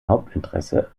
hauptinteresse